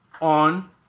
On